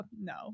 no